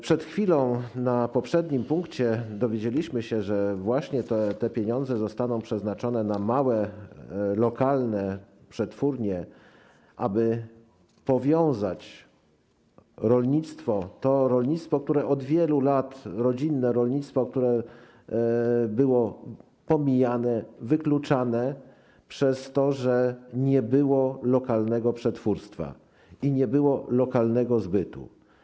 Przed chwilą w poprzednim punkcie dowiedzieliśmy się, że właśnie te pieniądze zostaną przeznaczone na małe lokalne przetwórnie, aby powiązać rodzinne rolnictwo, które od wielu lat było pomijane, wykluczane przez to, że nie było lokalnego przetwórstwa i nie było lokalnego zbytu.